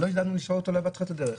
שלא ידענו לשאול אותה בתחילת הדרך: